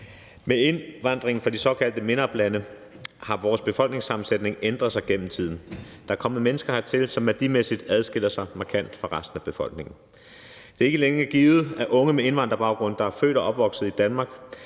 Med indvandringen fra de såkaldte MENAPT-lande har vores befolkningssammensætning ændret sig gennem tiden. Der er kommet mennesker hertil, som værdimæssigt adskiller sig markant fra resten af befolkningen. Det er ikke længere givet, at unge med indvandrerbaggrund, der er født og opvokset i Danmark,